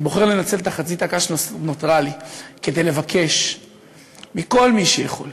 אני בוחר לנצל את חצי הדקה שנותרה לי כדי לבקש מכל מי שיכול